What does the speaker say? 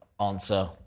answer